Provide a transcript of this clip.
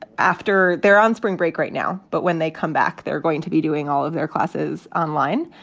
after they're on spring break right now. but when they come back, they're going to be doing all of their classes online.